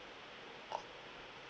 oh